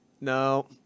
no